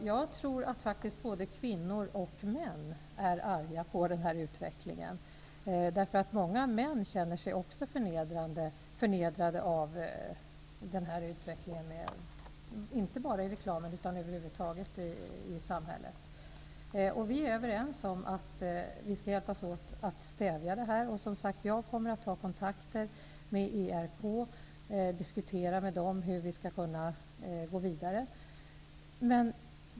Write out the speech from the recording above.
Herr talman! Jag tror faktiskt att både kvinnor och män är arga på denna utveckling. Också många män känner sig förnedrade av det som förekommer, inte bara i reklamen utan över huvud taget i samhället. Vi är överens om att vi skall hjälpas åt med att stävja detta. Jag kommer, som sagt, att ta kontakter med ERK, och vi skall diskutera med ERK hur vi skall kunna gå vidare.